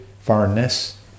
foreignness